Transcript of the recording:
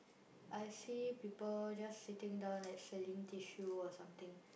I see people just sitting down like selling tissue or something